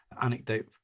anecdote